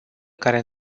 care